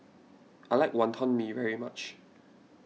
I like Wonton Mee very much